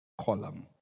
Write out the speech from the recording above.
column